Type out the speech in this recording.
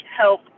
help